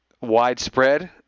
widespread